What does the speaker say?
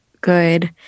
good